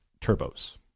turbos